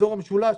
באזור המשולש,